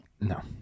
No